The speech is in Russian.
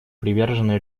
привержены